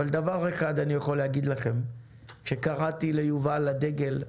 אבל דבר אחד אני יכול להגיד לכם: כשקראתי ליובל לדגל,